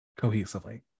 cohesively